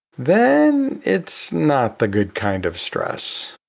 then it's not the good kind of stress.